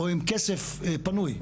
או עם כסף פנוי?